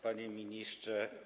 Panie Ministrze!